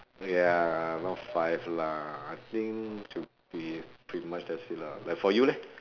okay ah not five lah I think should be pretty much that's it lah like for you leh